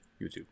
YouTube